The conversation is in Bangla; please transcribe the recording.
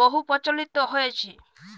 বহু প্রচলিত হয়েছে?